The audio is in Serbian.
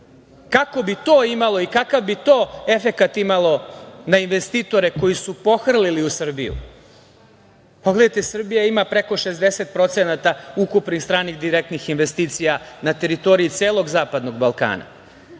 600, 700 dolara? Kakav bi to efekat imalo na investitore koji su pohrlili u Srbiju? Pogledajte, Srbija ima preko 60% ukupnih stranih direktnih investicija na teritoriji celog Zapadnog Balkana.